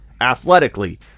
athletically